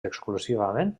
exclusivament